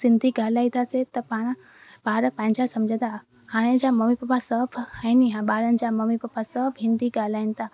सिंधी ॻाल्हाईंदासीं त पाण ॿार पंहिंजा समुझंदा हाणे जा ममी पप्पा सभु आहिनि ॿार जा मम्मी पप्पा सभु हिंदी ॻाल्हाइनि था